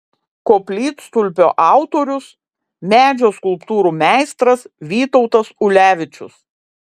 koplytstulpio autorius medžio skulptūrų meistras vytautas ulevičius